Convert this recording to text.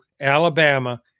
Alabama